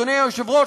אדוני היושב-ראש,